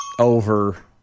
Over